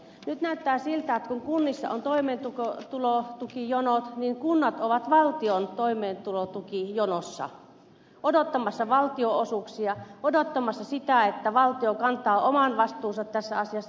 nyt näyttää siltä että kun kunnissa on toimeentulotukijonot niin kunnat ovat valtion toimeentulotukijonossa odottamassa valtionosuuksia odottamassa sitä että valtio kantaa oman vastuunsa tässä asiassa